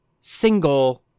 single